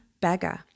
beggar